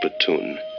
Platoon